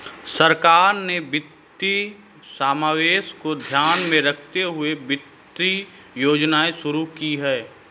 सरकार ने वित्तीय समावेशन को ध्यान में रखते हुए वित्तीय योजनाएं शुरू कीं